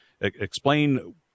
explain